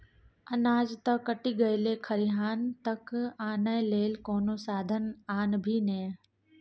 अनाज त कटि गेलै खरिहान तक आनय लेल कोनो साधन आनभी ने